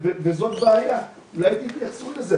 אולי תתייחסו לזה,